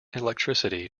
electricity